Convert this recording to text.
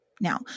Now